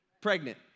pregnant